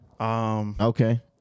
Okay